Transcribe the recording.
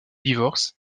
divorce